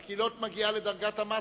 רק היא לא מגיעה לדרגת המס,